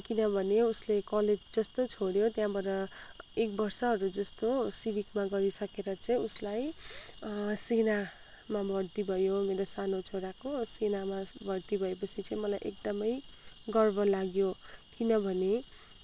किनभने उसले कलेज जस्तै छोड्यो त्यहाँबाट एक वर्षहरू जस्तो सिभिकमा गरिसकेर चाहिँ उसलाई सेनामा भर्ती भयो मेरो सानो छोराको सेनामा भर्ती भएपछि चाहिँ मलाई एकदमै गर्व लाग्यो किनभने